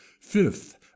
Fifth